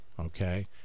okay